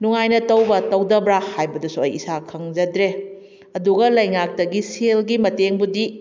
ꯅꯨꯡꯉꯥꯏꯅ ꯇꯧꯕ꯭ꯔꯥ ꯇꯧꯗꯕ꯭ꯔꯥ ꯍꯥꯏꯕꯗꯨꯁꯨ ꯑꯩ ꯏꯁꯥ ꯈꯪꯖꯗ꯭ꯔꯦ ꯑꯗꯨꯒ ꯂꯩꯉꯥꯛꯇꯒꯤ ꯁꯦꯜꯒꯤ ꯃꯇꯦꯡꯕꯨꯗꯤ